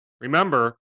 Remember